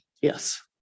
Yes